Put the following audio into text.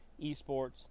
esports